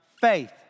faith